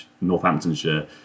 Northamptonshire